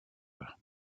her